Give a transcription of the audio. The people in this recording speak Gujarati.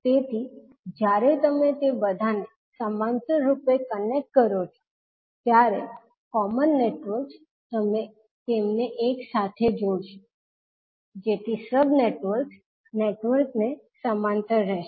તેથી જ્યારે તમે તે બધાને સમાંતર રૂપે કનેક્ટ કરો છો ત્યારે કોમન નેટવર્ક્સ તમે તેમને એક સાથે જોડશો જેથી સબ નેટવર્ક્સ નેટવર્ક ને સમાંતર હશે